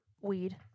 Weed